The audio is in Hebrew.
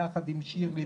יחד עם שירלי,